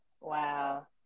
Wow